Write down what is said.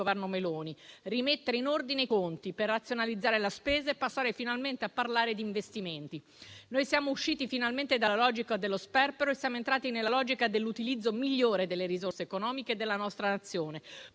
Governo Meloni: rimettere in ordine i conti per razionalizzare la spesa e passare finalmente a parlare di investimenti. Noi siamo usciti, finalmente, dalla logica dello sperpero e siamo entrati nella logica dell'utilizzo migliore delle risorse economiche della nostra Nazione,